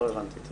לא הבנתי.